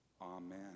Amen